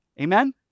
amen